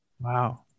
Wow